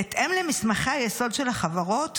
בהתאם למסמכי היסוד של החברות,